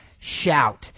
Shout